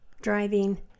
driving